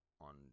on